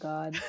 God